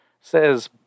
Says